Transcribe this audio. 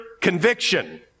conviction